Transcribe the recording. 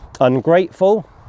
ungrateful